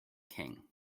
king